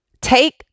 Take